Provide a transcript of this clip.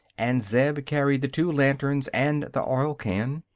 and zeb carried the two lanterns and the oil can.